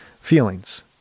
feelings